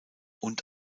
und